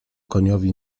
koniowi